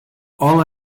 all